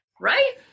right